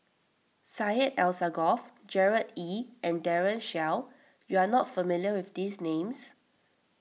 Syed Alsagoff Gerard Ee and Daren Shiau you are not familiar with these names